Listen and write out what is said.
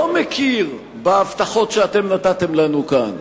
לא מכיר בהבטחות שאתם נתתם לנו כאן.